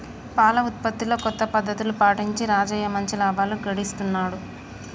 పాల ఉత్పత్తిలో కొత్త పద్ధతులు పాటించి రాజయ్య మంచి లాభాలు గడిస్తున్నాడు